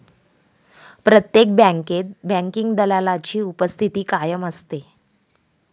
प्रत्येक बँकेत बँकिंग दलालाची उपस्थिती कायम असते